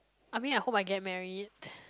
I mean I hope I get married